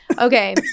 Okay